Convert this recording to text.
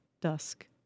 dusk